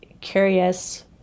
curious